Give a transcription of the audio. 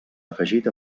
afegit